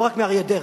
לא רק מאריה דרעי.